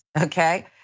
okay